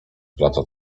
splata